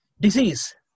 disease